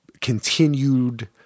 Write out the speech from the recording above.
continued